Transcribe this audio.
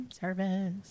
service